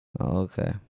Okay